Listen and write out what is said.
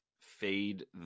fade